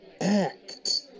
Act